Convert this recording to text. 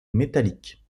métalliques